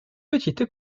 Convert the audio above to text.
petite